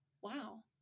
Wow